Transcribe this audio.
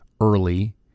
early